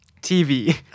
TV